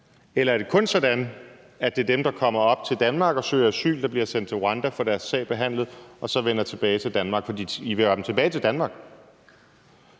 Eller er det sådan, at det kun drejer sig om dem, der kommer op til Danmark og søger asyl, og som bliver sendt til Rwanda og får deres sag behandlet og så vender tilbage til Danmark? For I vil jo have dem tilbage til Danmark.